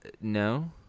No